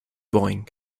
boeing